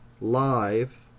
Live